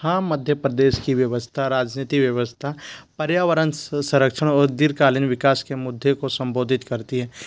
हाँ मध्य प्रदेश की व्यवस्था राजनीतिक व्यवस्था पर्यावरण सरक्षण और दीर्गकालीन विकास के मुद्दे को संबोधित करती है